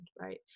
right